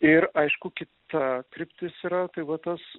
ir aišku kita kryptis yra tai va tas